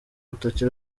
rutoki